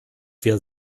wir